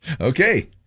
Okay